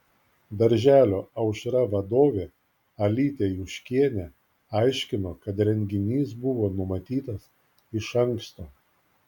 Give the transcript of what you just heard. darželio aušra vadovė alytė juškienė aiškino kad renginys buvo numatytas iš anksto